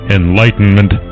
enlightenment